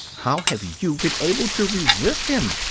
how have you been able to resist him?